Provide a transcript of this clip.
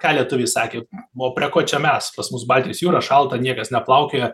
ką lietuviai sakė buvo prie ko čia mes pas mus baltijos jūra šalta niekas neplaukioja